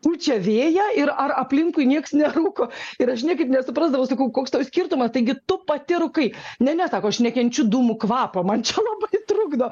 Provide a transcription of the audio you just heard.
pučia vėją ir ar aplinkui nieks nerūko ir aš niekaip nesuprasdavau sakau koks skirtumas taigi tu pati rūkai ne sako aš nekenčiu dūmų kvapo man čia labai trukdo